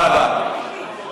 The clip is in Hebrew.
תודה,